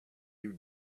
you